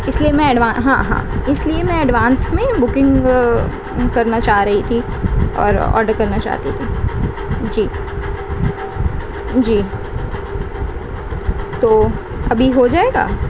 اس لیے میں ایڈوانس ہاں ہاں اس لیے میں ایڈوانس میں بکنگ کرنا چاہ رہی تھی اور آرڈر کرنا چاہتی تھی جی جی تو ابھی ہو جائے گا